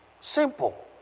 Simple